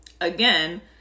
Again